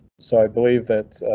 so i believe that.